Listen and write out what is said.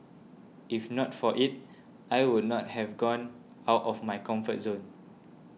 if not for it I would not have gone out of my comfort zone